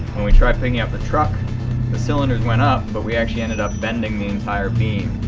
when we tried picking up the truck the cylinders went up but we actually ended up bending the entire beam.